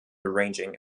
arranging